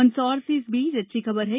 मंदसौर से इस बीच अच्छी खबर है